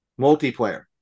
multiplayer